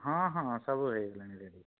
ହଁ ହଁ ସବୁ ହେଇଗଲାଣି ରେଡ଼ି